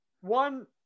one